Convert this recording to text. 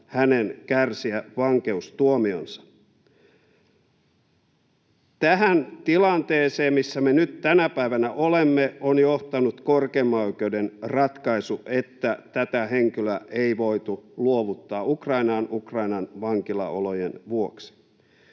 hänen kärsiä vankeustuomionsa. Tähän tilanteeseen, missä me nyt tänä päivänä olemme, on johtanut korkeimman oikeuden ratkaisu, että tätä henkilöä ei voitu luovuttaa Ukrainaan Ukrainan vankilaolojen vuoksi.